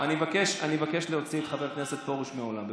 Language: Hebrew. אתה יודע, עד שהחיים מגיעים אליהם הם